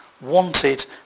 wanted